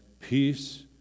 peace